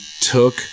took